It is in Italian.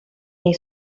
nei